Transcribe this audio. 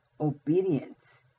Obedience